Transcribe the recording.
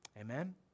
Amen